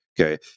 okay